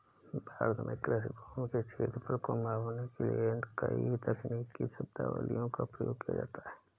भारत में कृषि भूमि के क्षेत्रफल को मापने के लिए कई तकनीकी शब्दावलियों का प्रयोग किया जाता है